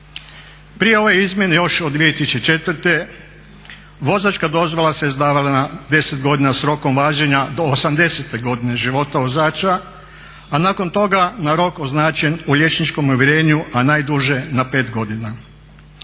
Prije ove izmjene još od 2004.vozačka dozvola se izdavala na 10 godina s rokom važenja do 80 godine života vozača a nakon toga na rok označen u liječničkom uvjerenju a najduže na 5 godina.